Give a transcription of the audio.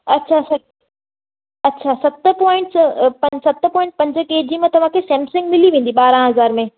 अच्छा सत अच्छा सत पॉइंट्स सत पॉइंट्स पंज के जी में तव्हांखे सेमसंग मिली वेंदी ॿारह हज़ार में